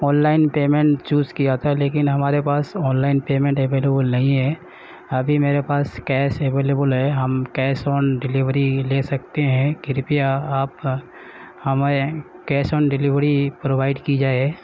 on line payment choose کیا تھا لیکن ہمارے پاس آن لائن پیمینٹ اویلیبل نہیں ہے ابھی میرے پاس کیش اویلیبل ہے ہم کیس آن ڈلیوری ہی لے سکتے ہیں کرپیا آپ ہمیں کیس آن ڈلیوری پرووائیڈ کی جائے